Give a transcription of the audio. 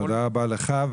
תודה רבה לך.